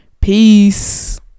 Peace